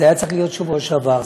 זה היה צריך להיות בשבוע שעבר,